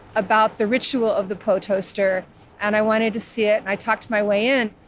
about the ritual of the protester and i wanted to see it. i talked to my way in.